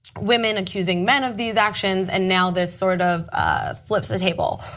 women accusing men of these actions and now this sort of flips the table.